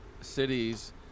cities